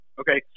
okay